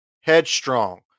headstrong